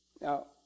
Now